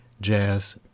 jazz